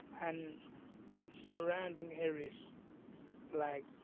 and surrounding areas like